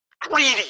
Greedy